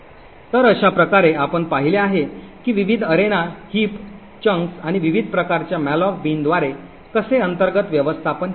तर अशा प्रकारे आपण पाहिले आहे की विविध अरेना हिप भाग आणि विविध प्रकारच्या मॅलोक बिनद्वारे कसे अंतर्गत व्यवस्थापन केले जाते